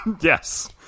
yes